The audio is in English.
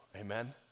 amen